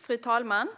Fru talman!